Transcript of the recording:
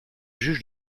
juge